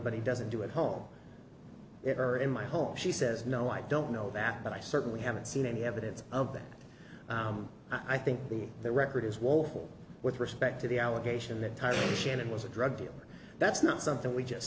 but he doesn't do at home or in my home she says no i don't know that but i certainly haven't seen any evidence of that i think the record is woeful with respect to the allegation that time shannon was a drug dealer that's not something we just